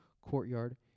courtyard